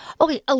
Okay